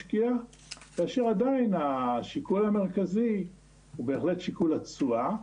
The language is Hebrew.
כאשר עדיין השיקול המרכזי הוא בהחלט שיקול התשואה.